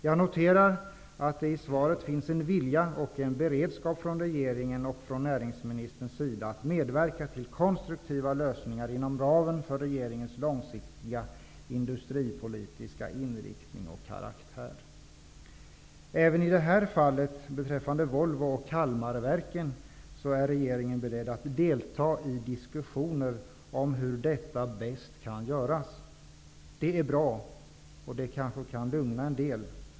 Jag noterar att det enligt svaret finns en vilja och en beredskap från regeringens och näringsministerns sida att medverka till konstruktiva lösningar inom ramen för regeringens långsiktiga industripolitiska inriktning och karaktär. Även beträffande Volvo och Kalmarverken är regeringen beredd att delta i diskussioner om hur detta bäst kan göras. Det är bra, och det kanske kan lugna en del.